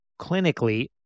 clinically